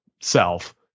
self